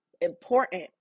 important